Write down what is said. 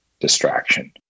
distraction